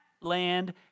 land